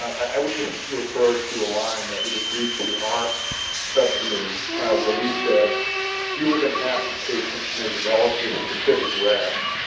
i would just refer to a line that was agreed to in our subcommittee where we said fewer than half of patients may develop this specific rash.